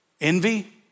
envy